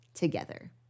together